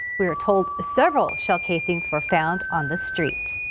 we're told several shell casings were found on the street.